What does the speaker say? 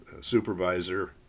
supervisor